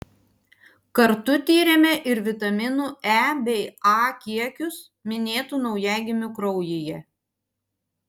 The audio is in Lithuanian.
kartu tyrėme ir vitaminų e bei a kiekius minėtų naujagimių kraujyje